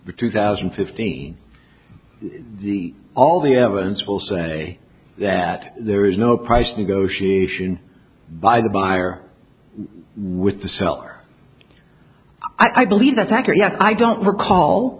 the two thousand and fifteen the all the evidence will say that there is no price negotiation by the buyer with the seller i believe that's accurate yes i don't recall